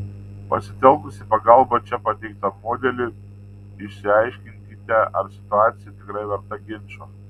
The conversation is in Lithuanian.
pasitelkusi į pagalbą čia pateiktą modelį išsiaiškinkite ar situacija tikrai verta ginčo